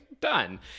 done